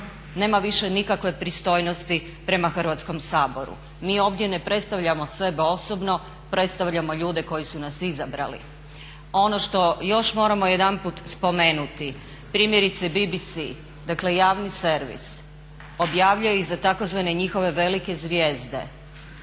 nema više nikakve pristojnosti prema Hrvatskom saboru. Mi ovdje ne predstavljamo sebe osobno, predstavljamo ljude koji su nas izabrali. Ono što još moramo jedanput spomenuti, primjerice BBC, dakle javni servis objavljuje i za tzv. njihove velike zvijezde